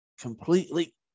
completely